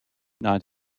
not